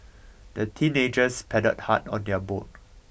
the teenagers paddled hard on their boat